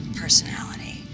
personality